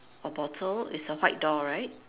a bottle is a white door right